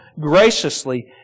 graciously